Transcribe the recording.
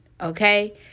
Okay